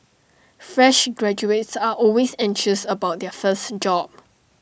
fresh graduates are always anxious about their first job